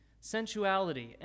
sensuality